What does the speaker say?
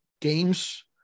games